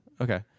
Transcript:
Okay